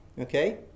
okay